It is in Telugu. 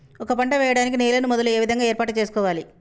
ఒక పంట వెయ్యడానికి నేలను మొదలు ఏ విధంగా ఏర్పాటు చేసుకోవాలి?